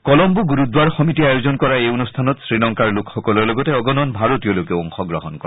কলম্বো গুৰুদ্বাৰ সমিতিয়ে আয়োজন কৰা এই অনুষ্ঠানত শ্ৰীলংকাৰ লোকসকলৰ লগতে অগণন ভাৰতীয় লোকেও অংশগ্ৰহণ কৰে